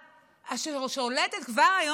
אשר שולטת כבר היום בכנסת,